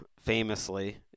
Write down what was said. famously